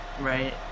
right